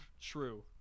True